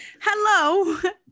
hello